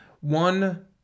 one